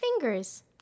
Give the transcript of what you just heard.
Fingers